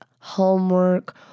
homework